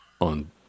on